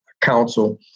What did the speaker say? Council